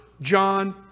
John